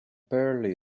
barely